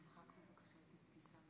כבוד יושב-ראש הכנסת, כבוד שר